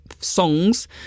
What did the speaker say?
songs